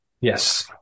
Yes